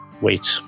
wait